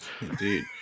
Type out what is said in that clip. Indeed